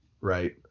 right